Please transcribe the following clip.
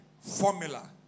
formula